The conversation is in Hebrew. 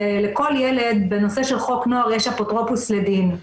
לכל ילד בנושא של חוק נוער יש אפוטרופוס לדין.